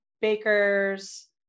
bakers